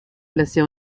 placée